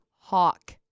hawk